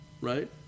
right